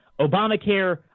Obamacare